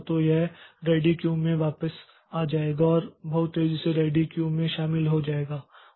तो यह ready queue में वापस आ जाएगा और बहुत तेजी से रेडी क्यू में शामिल हो जाएगा